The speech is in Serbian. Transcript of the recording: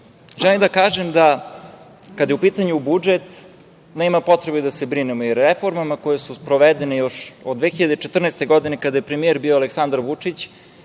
da kažem da kad je u pitanju budžet, nema potrebe da se brinemo, jer reformama koje su sprovedene još od 2014. godine kada je premijer bio Aleksandar Vučić,